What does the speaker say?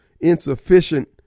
insufficient